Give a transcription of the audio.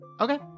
Okay